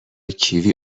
کیوی